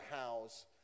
house